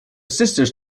sisters